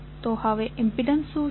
તો હવે ઈમ્પિડન્સ શું છે